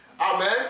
Amen